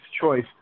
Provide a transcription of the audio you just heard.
Choice